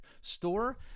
store